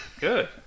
Good